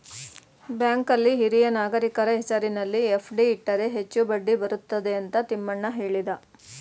ಬ್ಯಾಂಕಲ್ಲಿ ಹಿರಿಯ ನಾಗರಿಕರ ಹೆಸರಿನಲ್ಲಿ ಎಫ್.ಡಿ ಇಟ್ಟರೆ ಹೆಚ್ಚು ಬಡ್ಡಿ ಬರುತ್ತದೆ ಅಂತ ತಿಮ್ಮಣ್ಣ ಹೇಳಿದ